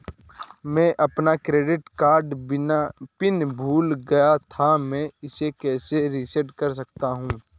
मैं अपना credit card pin भूल गया था मैं इसे कैसे रीसेट कर सकता हूँ?